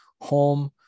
home